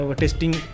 testing